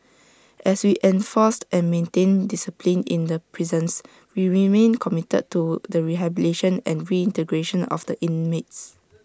as we enforced and maintained discipline in the prisons we remain committed to the rehabilitation and reintegration of the inmates